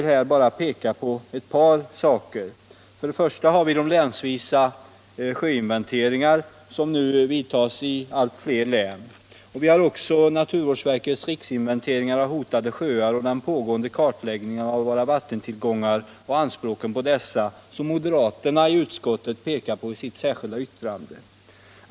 Länsvisa sjöinventeringar företas nu i allt fler län, och naturvårdsverket gör en riksinventering av hotade sjöar. Vidare pågår en kartläggning av våra vattentillgångar och anspråken på dessa, något som moderaterna i utskottet pekar på i sitt särskilda yttrande.